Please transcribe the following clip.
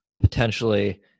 potentially